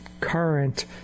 current